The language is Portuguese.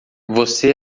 você